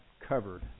covered